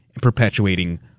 perpetuating